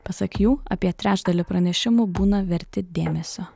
pasak jų apie trečdalį pranešimų būna verti dėmesio